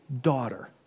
daughter